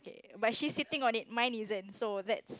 by she sitting on it mine is an so that's